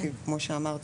כי כמו שאמרת,